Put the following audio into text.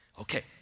Okay